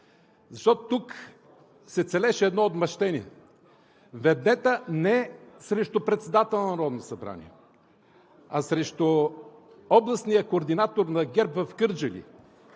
Защото тук се целеше едно отмъщение – вендета не срещу председателя на Народното събрание, а срещу областния координатор на ГЕРБ в Кърджали.